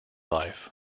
life